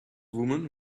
woman